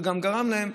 זה גם גרם להם,